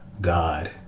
God